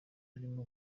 arimo